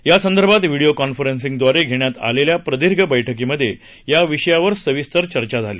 यासंदर्भात व्हीडीओ कॉन्फरन्सिंगद्वारे घेण्यात आलेल्या प्रदीर्घ बैठकीमध्ये या विषयावर सविस्तर चर्चा झाली